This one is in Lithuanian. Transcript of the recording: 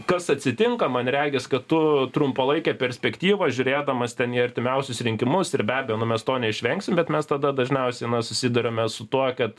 kas atsitinka man regis kad tu trumpalaikę perspektyvą žiūrėdamas ten į artimiausius rinkimus ir be abejo na mes to neišvengsim bet mes tada dažniausiai na susiduriame su tuo kad